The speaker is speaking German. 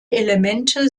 elemente